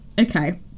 Okay